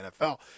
NFL